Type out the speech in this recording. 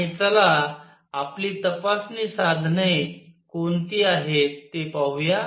आणि चला आपली तपासणी साधने कोणती आहेत ते पाहूया